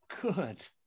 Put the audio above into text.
good